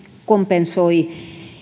kompensoi